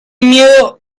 miedo